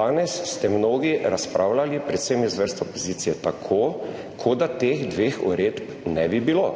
Danes ste mnogi razpravljali, predvsem iz vrst opozicije, tako, kot da teh dveh uredb ne bi bilo.